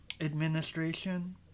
Administration